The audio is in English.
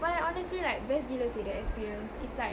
but like honestly like best gila seh that experience it's like